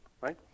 right